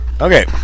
okay